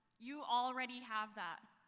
you already have that.